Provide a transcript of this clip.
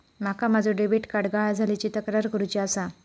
माका माझो debit card गहाळ झाल्याची तक्रार करुची आसा